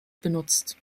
benutzt